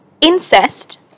incest